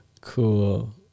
Cool